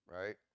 right